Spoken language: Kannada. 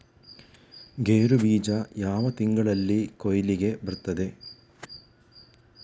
ಗೇರು ಬೀಜ ಯಾವ ತಿಂಗಳಲ್ಲಿ ಕೊಯ್ಲಿಗೆ ಬರ್ತದೆ?